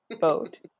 vote